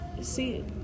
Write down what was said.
See